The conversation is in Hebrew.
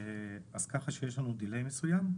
אז ככה שיש לנו delay מסוים,